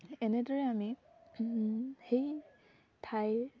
এনেদৰে আমি সেই ঠাইৰ